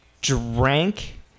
drank